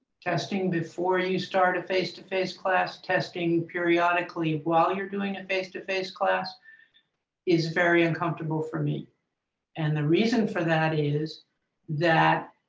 testing before you start a face-to-face class, testing periodically while you're doing a face-to-face class is very uncomfortable for me and the reason for that is a